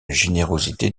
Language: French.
générosité